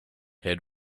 had